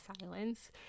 silence